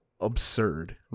absurd